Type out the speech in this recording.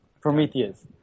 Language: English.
Prometheus